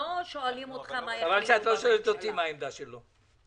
אבל ופה החשש גם יתר המורים שלא רוצים למשוך את הכספים,